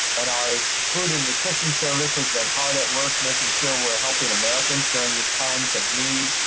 and our food and nutrition service has been hard at work making sure we're helping americans during these times of need.